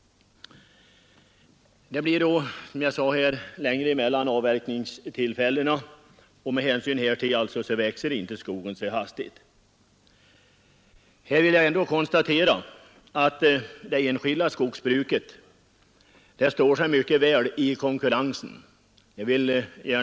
Det blir, som jag sade, längre tid mellan avverkningstillfällena, och därför växer inte skogen så kraftigt. Jag vill gärna poängtera i det här sammanhanget att det enskilda skogsbruket står sig mycket väl i konkurrensen.